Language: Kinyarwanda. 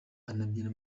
anabyina